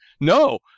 No